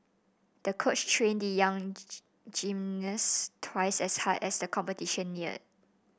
the coach trained the young gymnast twice as hard as the competition neared